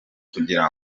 kugira